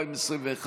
התשפ"א 2021,